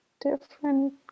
different